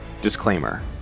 Disclaimer